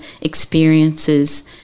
Experiences